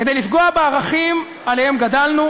כדי לפגוע בערכים שעליהם גדלנו,